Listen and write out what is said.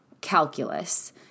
calculus